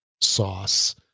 sauce